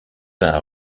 uns